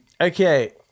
okay